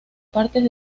partes